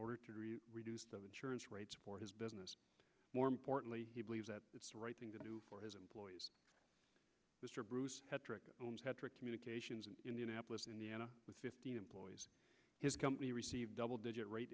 order to reduce the insurance rates for his business more importantly he believes that the right thing to do for his employees mr bruce trick communications in indianapolis indiana with fifteen employees his company received double digit rate